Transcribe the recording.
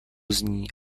zní